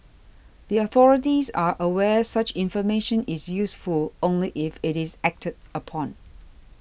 the authorities are aware such information is useful only if it is acted upon